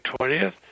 20th